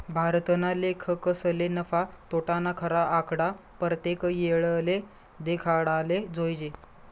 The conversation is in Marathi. भारतना लेखकसले नफा, तोटाना खरा आकडा परतेक येळले देखाडाले जोयजे